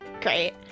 Great